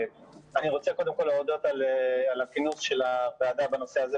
אני רוצה קודם כול להודות על הכינוס של הוועדה בנושא הזה,